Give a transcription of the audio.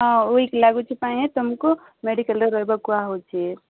ହଁ ୱିକ୍ ଲାଗୁଛି ପାଇଁ ହିଁ ତମକୁ ମେଡ଼ିକାଲ୍ରେ ରହିବ କୁହା ହେଉଛି